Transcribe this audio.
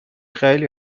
خیلی